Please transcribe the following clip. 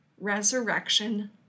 Resurrection